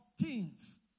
Kings